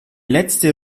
letzte